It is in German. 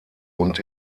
und